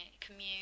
commute